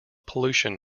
pollution